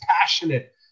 passionate